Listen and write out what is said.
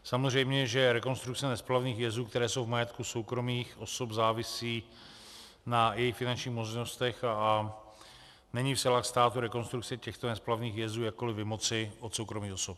Samozřejmě že rekonstrukce nesplavných jezů, které jsou v majetku soukromých osob, závisí na jejich finančních možnostech a není v silách státu rekonstrukce těchto nesplavných jezů jakkoli vymoci od soukromých osob.